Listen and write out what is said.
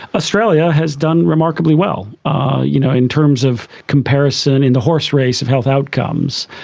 australia has done remarkably well ah you know in terms of comparison in the horserace of health outcomes.